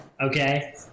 okay